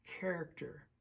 character